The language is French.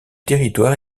territoire